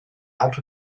out